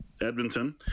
edmonton